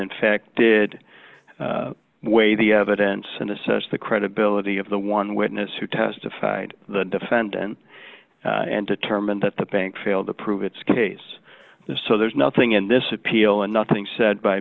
infected weigh the evidence and assess the credibility of the one witness who testified the defendant and determined that the bank failed to prove its case so there's nothing in this appeal and nothing said by